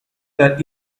that